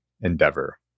endeavor